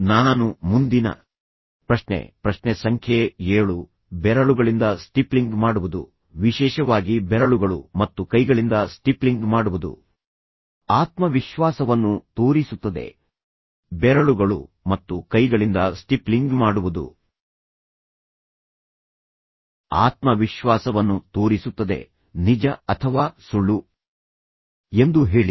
ನಾನು ಮುಂದಿನ ಪ್ರಶ್ನೆ ಪ್ರಶ್ನೆ ಸಂಖ್ಯೆ ಏಳು ಬೆರಳುಗಳಿಂದ ಸ್ಟಿಪ್ಲಿಂಗ್ ಮಾಡುವುದು ವಿಶೇಷವಾಗಿ ಬೆರಳುಗಳು ಮತ್ತು ಕೈಗಳಿಂದ ಸ್ಟಿಪ್ಲಿಂಗ್ ಮಾಡುವುದು ಆತ್ಮವಿಶ್ವಾಸವನ್ನು ತೋರಿಸುತ್ತದೆ ಬೆರಳುಗಳು ಮತ್ತು ಕೈಗಳಿಂದ ಸ್ಟಿಪ್ಲಿಂಗ್ ಮಾಡುವುದು ಆತ್ಮವಿಶ್ವಾಸವನ್ನು ತೋರಿಸುತ್ತದೆ ನಿಜ ಅಥವಾ ಸುಳ್ಳು ಎಂದು ಹೇಳಿ